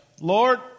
Lord